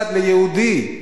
ליהודי.